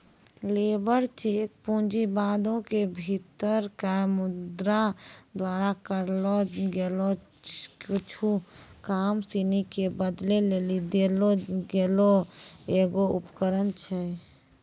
labour cheque पूँजीवादो के भीतरका मुद्रा द्वारा करलो गेलो कुछु काम सिनी के बदलै लेली देलो गेलो एगो उपकरण छै